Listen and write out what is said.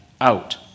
out